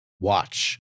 watch